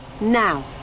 Now